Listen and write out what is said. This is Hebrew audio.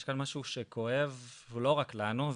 יש כאן משהו שכואב לא רק לנו,